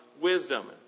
wisdom